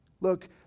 Look